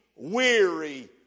Weary